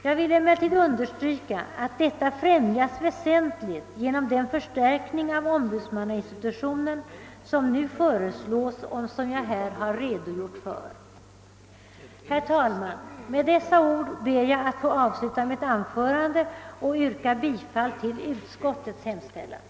Jag vill emellertid understryka, att detta främjas väsentligt genom den förstärkning av ombudsmannainstitutionen som nu föreslås och som jag här redogjort för. Herr talman! Med dessa ord ber jag att få avsluta mitt anförande och yrka bifall till utskottets hemställan.